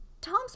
Tom's